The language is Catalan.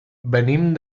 venim